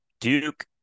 Duke